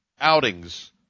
outings